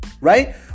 right